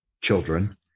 children